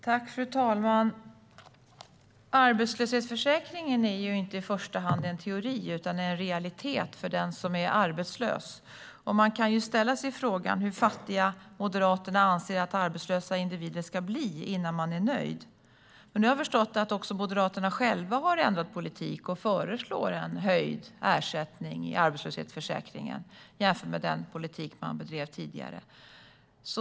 Fru talman! Arbetslöshetsförsäkringen är inte i första hand en teori utan en realitet för den som är arbetslös. Hur fattiga anser Moderaterna att arbetslösa individer ska bli innan man är nöjd? Nu har jag förstått att Moderaterna har ändrat politik och föreslår en höjd ersättning i arbetslöshetsförsäkringen jämfört med den politik man bedrev tidigare.